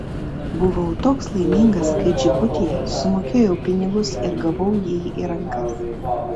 buvau toks laimingas kai džibutyje sumokėjau pinigus ir gavau jį į rankas